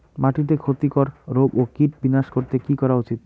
মাটিতে ক্ষতি কর রোগ ও কীট বিনাশ করতে কি করা উচিৎ?